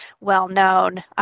well-known